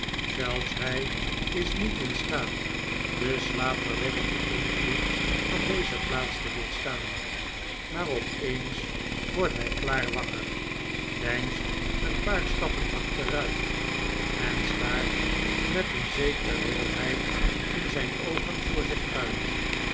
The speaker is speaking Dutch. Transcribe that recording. zelfs hij is niet in staat den slaapverwekkenden invloed van deze plaats te weerstaan maar opeens wordt hij klaar wakker deinst een paar stappen achteruit en staart met een zekere wildheid in zijn oogen voor zich uit